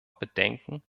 bedenken